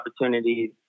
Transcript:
opportunities